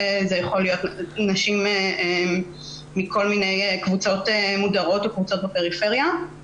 אלה יכולות להיות נשים מכל מיני קבוצות מודרות או קבוצות בפריפריה.